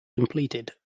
completed